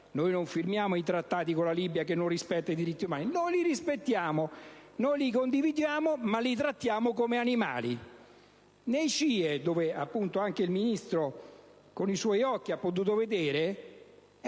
noi non firmiamo i Trattati con la Libia che non rispetta i diritti umani. Noi li rispettiamo e li condividiamo, ma trattiamo quelle persone come animali. Nei CIE, dove anche il Ministro con i suoi occhi ha potuto vedere